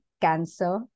cancer